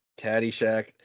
Caddyshack